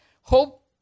Hope